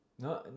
No